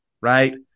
right